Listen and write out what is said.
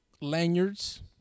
Lanyards